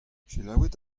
selaouit